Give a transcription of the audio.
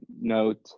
note